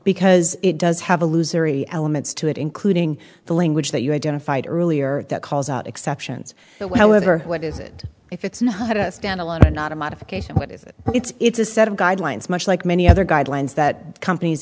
because it does have a loser elements to it including the language that you identified earlier that calls out exceptions well of her what is it if it's not a standalone and not a modification what is it it's it's a set of guidelines much like many other guidelines that companies